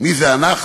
מי זה "אנחנו"?